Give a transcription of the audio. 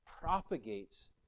propagates